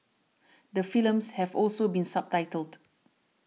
the films have also been subtitled